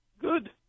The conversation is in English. Good